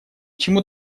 чему